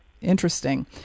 interesting